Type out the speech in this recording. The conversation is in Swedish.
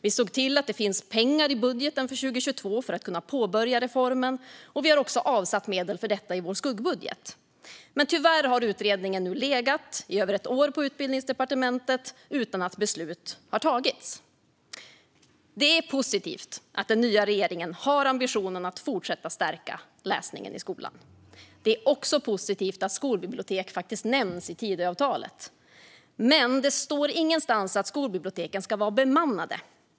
Vi såg till att det finns pengar i budgeten för 2022 för att kunna påbörja reformen, och vi har också avsatt medel för detta i vår skuggbudget. Tyvärr har utredningen nu legat i över ett år på Utbildningsdepartementet utan att beslut har tagits. Det är positivt att den nya regeringen har ambitionen att fortsätta att stärka läsningen i skolan. Det är också positivt att skolbibliotek faktiskt nämns i Tidöavtalet. Men det står ingenstans att skolbiblioteken ska vara bemannade.